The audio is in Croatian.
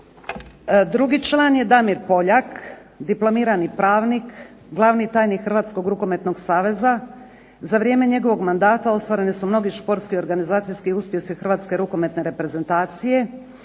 Drugi član je Damir Poljak, diplomirani pravnik, glavni tajnik Hrvatskog rukometnog saveza. Za vrijeme njegovog mandata ostvareni su mnogi športski i organizacijski uspjesi Hrvatske rukometne reprezentacije,